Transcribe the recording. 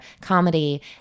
comedy